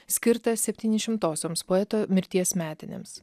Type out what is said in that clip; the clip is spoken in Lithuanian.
skirtą septynišimtosioms poeto mirties metinėms